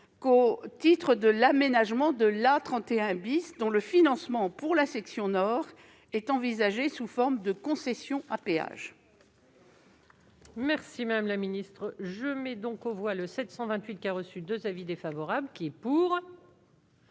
que de l'aménagement de l'A31 , dont le financement, pour la section nord, est envisagé sous forme de concession à péage.